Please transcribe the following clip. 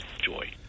joy